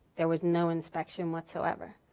there was no inspection whatsoever.